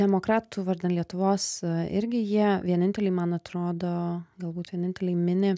demokratų vardan lietuvos irgi jie vieninteliai man atrodo galbūt vieninteliai mini